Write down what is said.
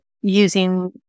using